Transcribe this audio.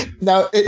now